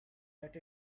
that